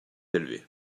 élevées